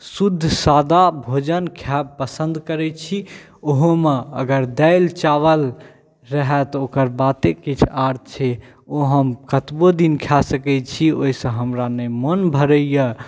शुद्ध सादा भोजन खाएब पसन्द करै छी ओहोमे अगर दालि चावल रहए तऽ ओकर बाते किछु आर छै ओ हम कतबो दिन खाय सकै छी ओहिसँ नहि हमरा मन भरैया